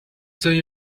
day